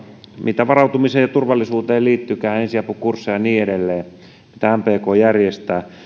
mitä varautumiseen ja turvallisuuteen liittyykään ensiapukursseja ja niin edelleen mitä mpk järjestää